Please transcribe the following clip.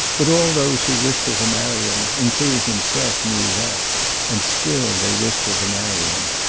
but all those who wished her to marry him, including himself, knew that and still they wished her to marry him.